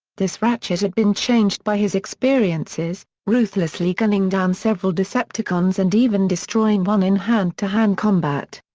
this ratchet had been changed by his experiences, ruthlessly gunning down several decepticons and even destroying one in hand-to-hand-combat.